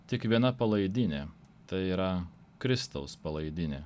tik viena palaidinė tai yra kristaus palaidinė